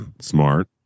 smart